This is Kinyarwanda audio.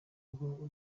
ngo